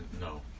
no